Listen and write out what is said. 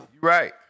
Right